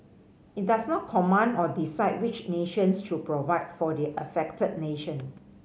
it does not command or decide which nations should provide for the affected nation